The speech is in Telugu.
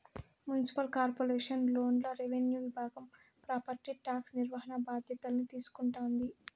మున్సిపల్ కార్పొరేషన్ లోన రెవెన్యూ విభాగం ప్రాపర్టీ టాక్స్ నిర్వహణ బాధ్యతల్ని తీసుకుంటాది